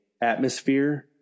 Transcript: atmosphere